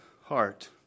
heart